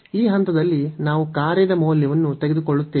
ಈ ಹಂತದಲ್ಲಿ ನಾವು ಕಾರ್ಯದ ಮೌಲ್ಯವನ್ನು ತೆಗೆದುಕೊಳ್ಳುತ್ತೇವೆ